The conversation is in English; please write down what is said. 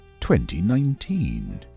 2019